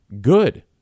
good